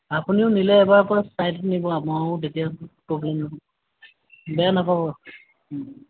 আপুনিও নিলে এইবাৰ পৰা চাই চিতি নিব আমাৰো তেতিয়া প্ৰব্লেম নহয় বেয়া নাপাব